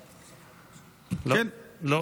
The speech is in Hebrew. לשאול, כן, לא, שלילי.